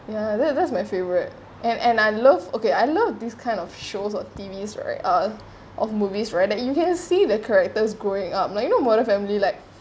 ya that that's my favourite and and I love okay I love this kind of shows or T_V's right uh of movies right that you can see the character's growing up like you know modern family like